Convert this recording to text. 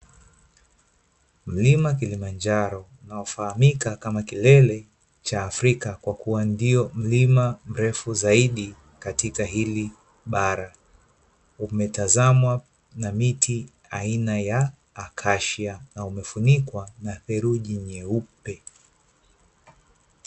Mlima Kilimanjaro unaofahamika kama kilele cha Afrika, kwa kuwa ndiyo mlima mrefu zaidi katika hili bara. Umetazamwa na miti aina ya akashia, na umefunikwa na dheluji nyeupe.